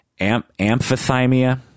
amphithymia